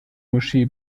moschee